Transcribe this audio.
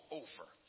over